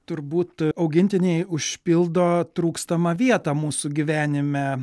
turbūt augintiniai užpildo trūkstamą vietą mūsų gyvenime